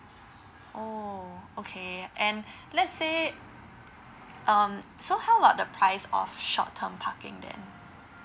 oh okay and let's say um so how about the price of short term parking then